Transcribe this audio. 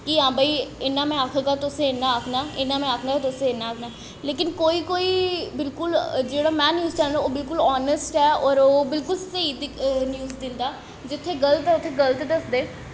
कि हां भाई इ'यां में आखगा इ'यां तूं आखना इ'यां में आखना इ'यां तूं आखना लेकिन कोई कोई जेह्ड़ा में न्यूज़ चैन्नल ओह् बिल्कुल हानैस्ट ऐ होर बिल्कुल स्हेई न्यूज़ दिंदा जित्थें गल्त ऐ उत्थें गल्त दसदे